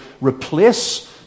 replace